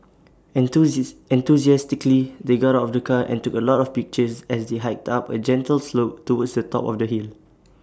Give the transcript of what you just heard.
enthusiastically they got out of the car and took A lot of pictures as they hiked up A gentle slope towards the top of the hill